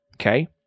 Okay